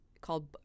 called